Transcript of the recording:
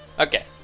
Okay